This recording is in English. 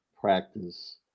practice